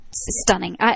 Stunning